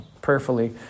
prayerfully